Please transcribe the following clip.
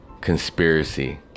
conspiracy